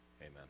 Amen